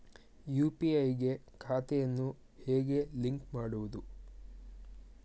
UPI ಗೆ ಖಾತೆಯನ್ನು ಹೇಗೆ ಲಿಂಕ್ ಮಾಡುವುದು?